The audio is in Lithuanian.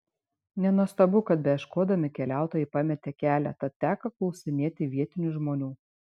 nenuostabu kad beieškodami keliautojai pametė kelią tad teko klausinėti vietinių žmonių